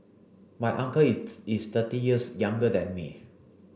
my uncle is is thirty years younger than me